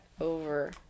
over